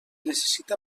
necessita